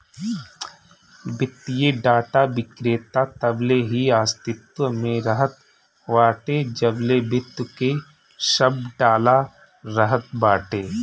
वित्तीय डाटा विक्रेता तबले ही अस्तित्व में रहत बाटे जबले वित्त के सब डाला रहत बाटे